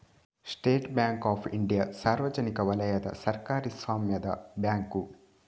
state bank of India ಸಾರ್ವಜನಿಕ ವಲಯದ ಸರ್ಕಾರಿ ಸ್ವಾಮ್ಯದ ಬ್ಯಾಂಕು